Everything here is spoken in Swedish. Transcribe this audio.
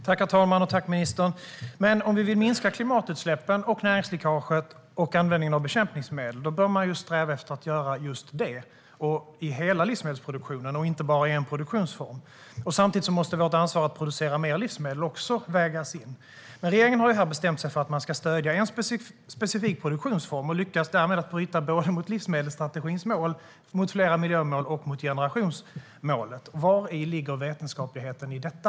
Herr talman! Tack, ministern! Men om man vill minska klimatutsläppen, näringsläckaget och användningen av bekämpningsmedel bör man ju sträva efter att göra just detta i hela livsmedelsproduktionen, inte bara i en produktionsform. Vårt ansvar för att producera mer livsmedel måste också vägas in. Regeringen har bestämt sig för att man ska stödja en specifik produktionsform och lyckas därmed bryta mot såväl livsmedelsstrategins mål och flera miljömål som mot generationsmålet. Vari ligger vetenskapligheten i detta?